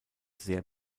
sehr